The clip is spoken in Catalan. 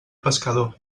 pescador